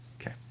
Okay